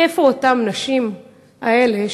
איפה הנשים האלה,